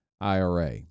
IRA